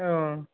औ